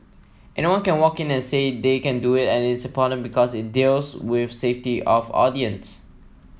anyone can walk in and say they can do it and it's important because it deals with safety of audience